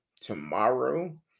tomorrow